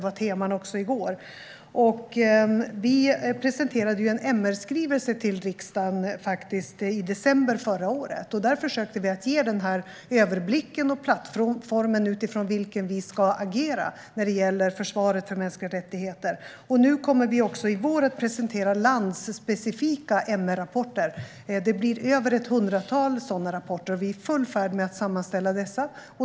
Vi presenterade en MR-skrivelse till riksdagen i december förra året. Där försökte vi att ge överblicken och plattformen utifrån vilken vi ska agera när det gäller försvaret av mänskliga rättigheter. Nu kommer vi också i vår att presentera landspecifika MR-rapporter. Det kommer att bli mer än ett hundratal sådana rapporter, och vi är i full färd med att sammanställa dessa.